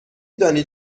دانید